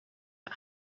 out